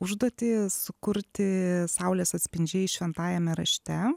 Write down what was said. užduotį sukurti saulės atspindžiai šventajame rašte